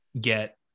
get